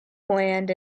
bland